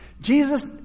Jesus